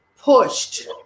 pushed